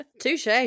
Touche